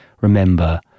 remember